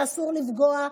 שאסור לפגוע,